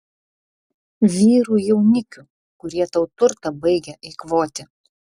vyrų jaunikių kurie tau turtą baigia eikvoti